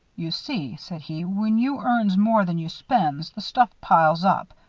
you see, said he, when you earns more than you spends, the stuff piles up.